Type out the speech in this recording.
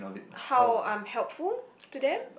how I am helpful to them